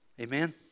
Amen